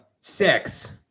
Six